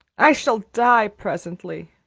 i shall die presently!